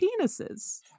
penises